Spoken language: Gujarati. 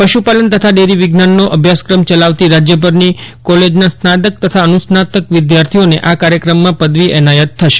પશુપાલન તથા ડેરી વિજ્ઞાનનો અભ્યાસક્રમ ચલાવતી રાજ્યભરની કોલેજના સ્નાતક તથા અનુસ્નાતક વિદ્યાર્થીઓને આ કાર્યક્રમમાં પદવી એનાયત થશે